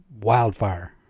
wildfire